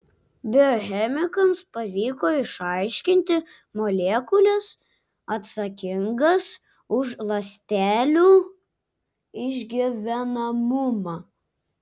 biochemikams pavyko išaiškinti molekules atsakingas už ląstelių išgyvenamumą